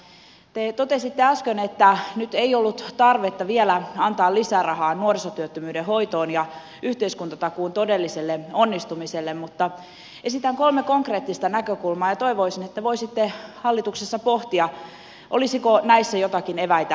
te totesitte äsken että nyt ei ollut tarvetta vielä antaa lisärahaa nuorisotyöttömyyden hoitoon ja yhteiskuntatakuun todelliselle onnistumiselle mutta esitän kolme konkreettista näkökulmaa ja toivoisin että voisitte hallituksessa pohtia olisiko näissä joitakin eväitä nuorisotyöttömyyden hoitoon